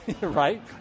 Right